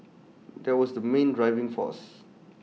that was the main driving force